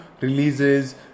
releases